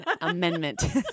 amendment